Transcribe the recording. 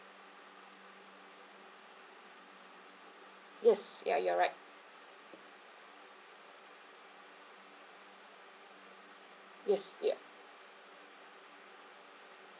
yes ya you are right yes yup